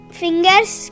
fingers